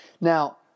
Now